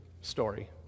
story